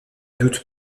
doute